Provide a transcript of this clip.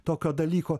tokio dalyko